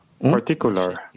particular